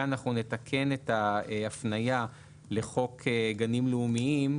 ואנחנו נתקן את ההפניה לחוק גנים לאומיים,